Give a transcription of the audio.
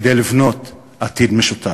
כדי לבנות עתיד משותף.